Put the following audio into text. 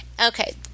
Okay